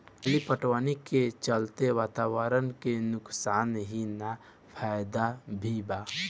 खली पटवनी के चलते वातावरण के नुकसान ही ना फायदा भी बा